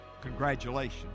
congratulations